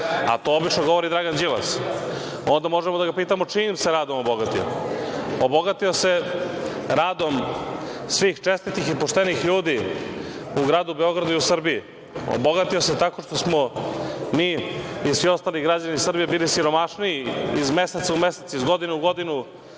a to obično govori Dragan Đilas, onda možemo da ga pitamo - čijim se radom obogatio? Obogatio se radom svih čestitih i poštenih ljudi u gradu Beogradu i u Srbiji. Obogatio se tako što smo mi i svi ostali građani Srbije bili siromašniji iz meseca u mesec, iz godine u godinu,